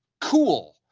cool.